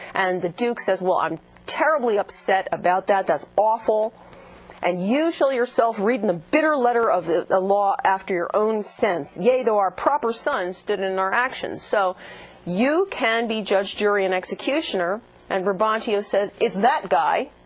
and the duke says, well, um terribly upset about that that's awful and you shall yourself read in the bitter letter of the the law after your own sense, yea, though our proper son stood in our action. so you can be judge, jury, and executioner and brabantio says it's that guy,